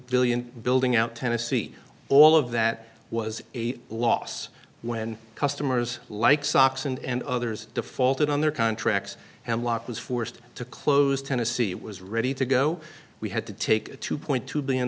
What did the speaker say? billion building out tennessee all of that was a loss when customers like sox and others defaulted on their contracts hemlock was forced to close tennessee was ready to go we had to take a two point two billion